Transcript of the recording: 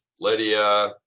Lydia